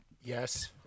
Yes